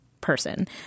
person